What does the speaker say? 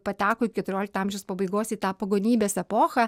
pateko į keturiolikto amžiaus pabaigos į tą pagonybės epochą